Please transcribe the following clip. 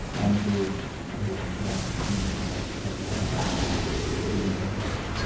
Kanpur Ayodhya Unnao Faizabad Bijnor